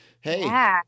hey